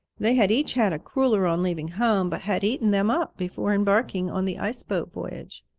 they had each had a cruller on leaving home, but had eaten them up before embarking on the ice-boat voyage.